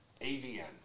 AVN